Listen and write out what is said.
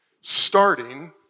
starting